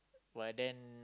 but then